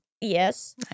Yes